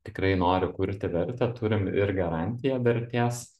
tikrai nori kurti vertę turim ir garantiją vertės